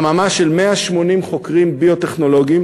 חממה של 180 חוקרי ביו-טכנולוגיה,